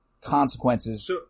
consequences